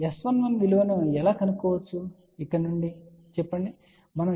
కాబట్టి S11 విలువను ఎలా కనుగొనవచ్చో ఇక్కడ నుండి చెప్తాము